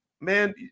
Man